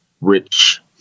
rich